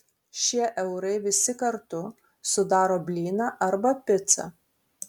šie eurai visi kartu sudaro blyną arba picą